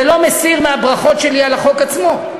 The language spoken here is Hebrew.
זה לא מסיר מהברכות שלי על החוק עצמו,